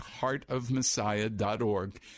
heartofmessiah.org